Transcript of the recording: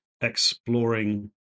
exploring